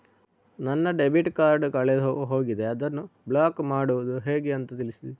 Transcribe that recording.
ನನ್ನ debit card ಕಳೆದು ಹೋಗಿದೆ, ಅದನ್ನು ಬ್ಲಾಕ್ ಮಾಡುವುದು ಹೇಗೆ ಅಂತ ತಿಳಿಸಿ?